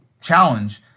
challenge